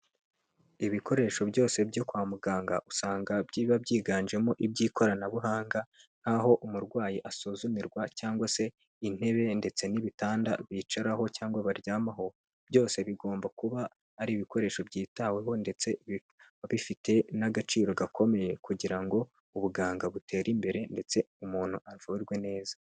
Ibikoresho byose byo kwa muganga usanga biba byiganjemo iby'ikoranabuhanga aho umurwayi asuzumirwa cyangwa se intebe ndetse n'ibitanda bicaraho cyangwa baryamaho byose bigomba kuba ari ibikoresho byitaweho ndetse bikaba bifite n'agaciro gakomeye kugira ngo ubuganga butere imbere ndetse umuntu avurwe neza.